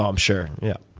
um sure, yeah.